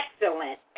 excellent